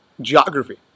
geography